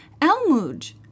elmuj